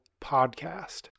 Podcast